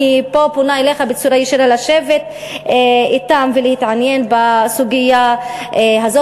אני פה פונה אליך בצורה ישירה לשבת אתם ולהתעניין בסוגיה הזאת.